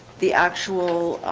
the actual